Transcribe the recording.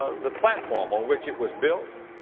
ah the platform on which it was built.